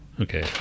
Okay